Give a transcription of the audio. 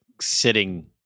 sitting